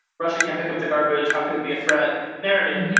russia can't pick up the garbage. how could it be a threat narrative?